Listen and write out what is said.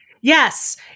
Yes